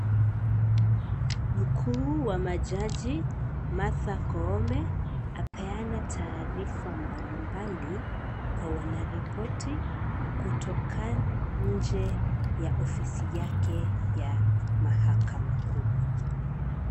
Mkuu wa majaji Martha Koome, apeana taarifa mbali mbali, kwa wanaripoti, kutoka nje ya ofisi yake ya mahakama kuu.